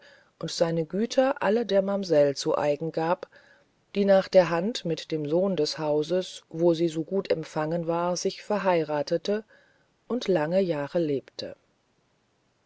und seine güter alle der mamsell zu eigen gab die nach der hand mit dem sohn des hauses wo sie so gut empfangen war sich verheirathete und lange jahre lebte